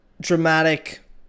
dramatic